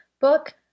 book